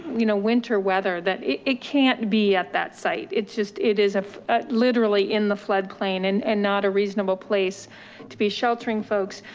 you know, winter weather, that it it can't be at that site, it's just, it is ah literally in the flood plain and and not a reasonable place to be sheltering folks.